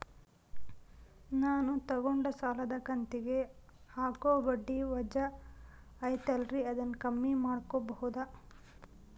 ನಾನು ತಗೊಂಡ ಸಾಲದ ಕಂತಿಗೆ ಹಾಕೋ ಬಡ್ಡಿ ವಜಾ ಐತಲ್ರಿ ಅದನ್ನ ಕಮ್ಮಿ ಮಾಡಕೋಬಹುದಾ?